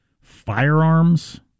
firearms